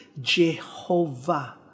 Jehovah